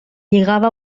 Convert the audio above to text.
lligava